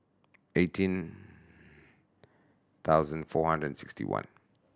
eighteen thousand four hundred and sixty one